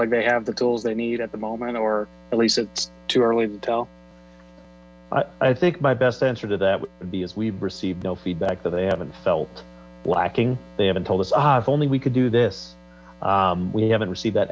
like they have the tools they need at the moment or at least too early to tell i think my best answer to that would be as we've received no feedback that they haven't felt lacking they haven't told us how if only we could do this we haven't received that